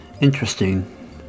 interesting